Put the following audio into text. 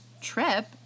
trip